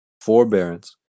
forbearance